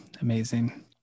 amazing